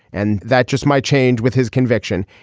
and that just might change with his conviction.